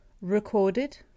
recorded